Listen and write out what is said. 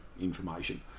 information